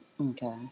Okay